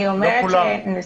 לא כולם.